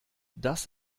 das